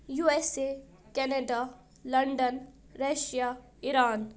USA Canada London Russia Iran